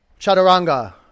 chaturanga